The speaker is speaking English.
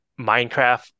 Minecraft